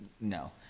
no